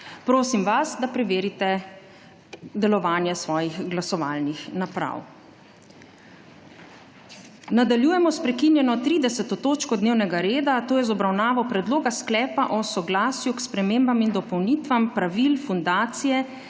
Prosim vas, da preverite delovanje svojih glasovalnih naprav. Nadaljujemo s prekinjeno 30. točko dnevnega reda, to je z obravnavo Predloga sklepa o soglasju k Spremembam in dopolnitvam Pravil Fundacije